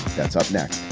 that's up next